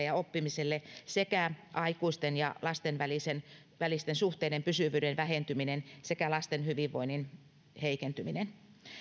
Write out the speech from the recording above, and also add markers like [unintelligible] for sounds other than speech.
[unintelligible] ja oppimiseen sekä aikuisten ja lasten välisten suhteiden pysyvyyden vähentyminen sekä lasten hyvinvoinnin heikentyminen